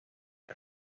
las